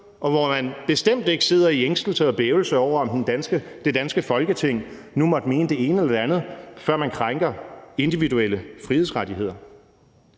og hvor man bestemt ikke sidder i ængstelse og bævelse over, om det danske Folketing nu måtte mene det ene eller det andet, før man krænker individuelle frihedsrettigheder?